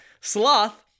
sloth